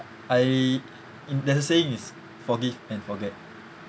I in that saying is forgive and forget